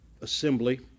assembly